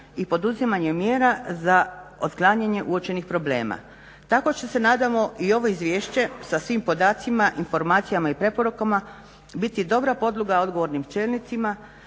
i poduzimanja mjera za otklanjanje uočenih problema. tako će se nadamo i ovo izvješće sa svim podacima informacijama i preporukama biti dobra podloga odgovornim čelnicima